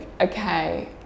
Okay